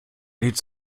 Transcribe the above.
lädt